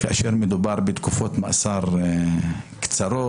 כאשר מדובר בתקופות מאסר קצרות,